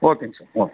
okay sir okay